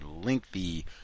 lengthy